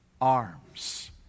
arms